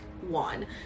one